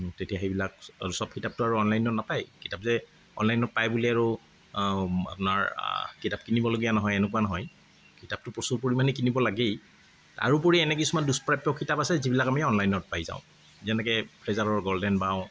তেতিয়া সেইবিলাক সব কিতাপতো আৰু অনলাইনত নাপায় কিতাপ যে অনলাইনত পায় বুলি আৰু আপোনাৰ কিতাপ কিনিবলগীয়া নহয় এনেকুৱা নহয় কিতাপতো প্ৰচুৰ পৰিমাণে কিনিব লাগেই তাৰোপৰি এনে কিছুমান দুষ্প্ৰাপ্য কিতাপ আছে যিবিলাক আমি অনলাইনত পাই যাওঁ যেনেকে ফ্ৰেজাৰৰ গ'ল্ডেন বাও